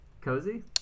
Cozy